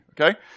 okay